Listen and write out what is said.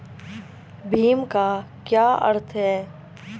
भीम का क्या अर्थ है?